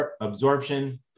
absorption